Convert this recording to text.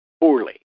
poorly